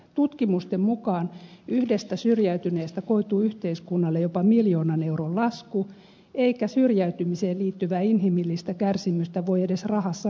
tutkimusten mukaan yhdestä syrjäytyneestä koituu yhteiskunnalle jopa miljoonan euron lasku eikä syrjäytymiseen liittyvää inhimillistä kärsimystä voi edes rahassa mitata